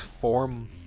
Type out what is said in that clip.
form